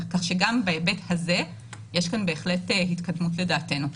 כך שגם בהיבט הזה יש כאן בהחלט התקדמות לדעתנו,